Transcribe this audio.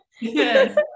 yes